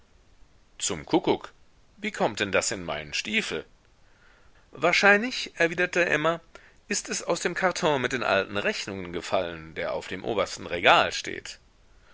zum kuckuck wie kommt denn das in meinen stiefel wahrscheinlich erwiderte emma ist es aus dem karton mit den alten rechnungen gefallen der auf dem obersten regal steht